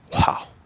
Wow